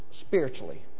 spiritually